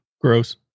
gross